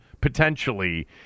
potentially